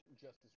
Justice